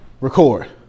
Record